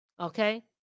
okay